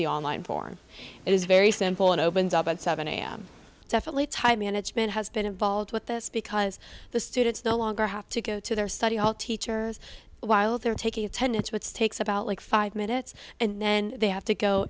the online form it is very simple and opens up at seven am definitely time management has been involved with this because the students no longer have to go to their study hall teachers while they're taking attendance what's takes about like five minutes and then they have to go